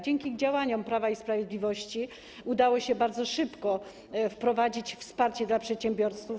Dzięki działaniom Prawa i Sprawiedliwości udało się bardzo szybko wprowadzić wsparcie dla przedsiębiorców.